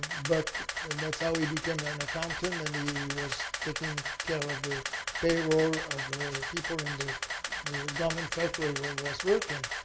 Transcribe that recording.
but and that's how he became an accountant. and he was taking care of the payroll of the people in the garment factory where he was working.